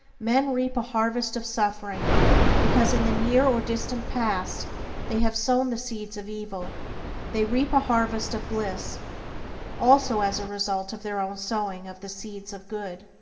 men reap a harvest of suffering because in the near or distant past they have sown the seeds of evil they reap a harvest of bliss also as a result of their own sowing of the seeds of good.